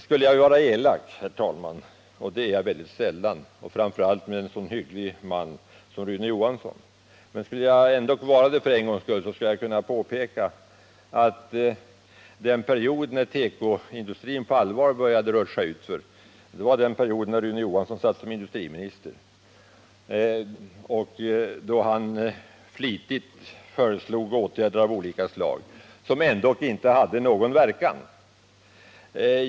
Skulle jag vilja vara elak — det är jag mycket sällan, framför allt inte om det gäller en så hygglig man som Rune Johansson —- skulle jag kunna påpeka att den period då tekoindustrin på allvar började rutscha utför var den period när Rune Johansson var industriminister. Han föreslog flitigt åtgärder av olika slag som ändock inte hade någon verkan.